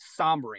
sombering